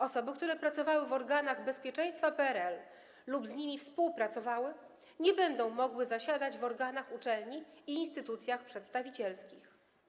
Osoby, które pracowały w organach bezpieczeństwa PRL lub z nimi współpracowały, nie będą mogły zasiadać w organach uczelni ani instytucjach przedstawicielskich.